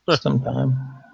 sometime